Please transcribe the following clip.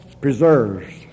preserves